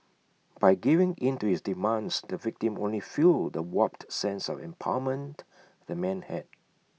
by giving in to his demands the victim only fuelled the warped sense of empowerment the man had